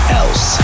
else